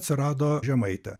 atsirado žemaitė